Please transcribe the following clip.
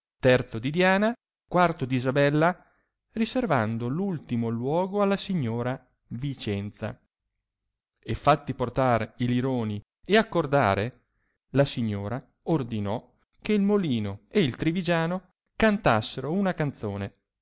terzo di diana quarto d'isabella riservando l'ultimo luogo alla signora vicenza e fatti portar i lironi e accordare la signora ordinò che il molino e il trivigiano cantassero una canzone